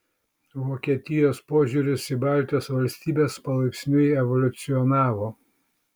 vokietijos požiūris į baltijos valstybes palaipsniui evoliucionavo